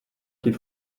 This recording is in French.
qu’il